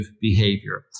behavior